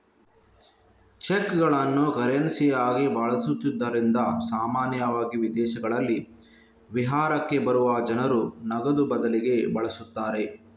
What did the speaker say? ಚೆಕ್ಗಳನ್ನು ಕರೆನ್ಸಿಯಾಗಿ ಬಳಸುತ್ತಿದ್ದುದರಿಂದ ಸಾಮಾನ್ಯವಾಗಿ ವಿದೇಶಗಳಲ್ಲಿ ವಿಹಾರಕ್ಕೆ ಬರುವ ಜನರು ನಗದು ಬದಲಿಗೆ ಬಳಸುತ್ತಾರೆ